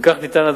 וכך ניתן,